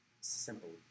simple